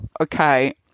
okay